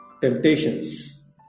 temptations